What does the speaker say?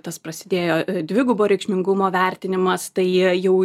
tas prasidėjo dvigubo reikšmingumo vertinimas tai jau